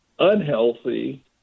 unhealthy